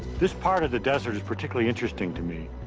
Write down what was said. this part of the desert is particularly interesting to me,